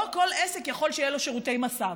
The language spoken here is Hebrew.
לא כל עסק יכול שיהיה לו שירותי מס"ב,